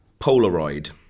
Polaroid